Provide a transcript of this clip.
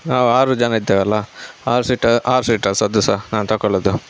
ನಾವು ಆರು ಜನ ಇದ್ದೇವಲ್ಲಾ ಆರು ಸೀಟರ್ ಆರು ಸೀಟರ್ಸ್ ಅದು ಸಹ ನಾನು ತೆಕ್ಕೊಳ್ಳೋದು